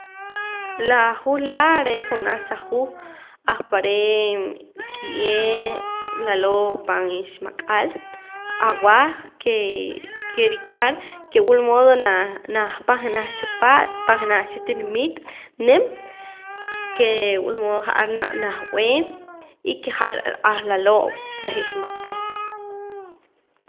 La juuj laa' re' junaj sa juuj ahpare' kiye' laloo' pan iximak'al awah ke kerik'ar ke wul modo nah najaa pan jenaj cha paat pan jenaj cha tinimit nim ke wul mood ja'ar na nahb'ee y ke jar ahlaloo' reh iximak'al